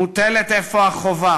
מוטלת אפוא החובה